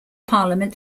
parliament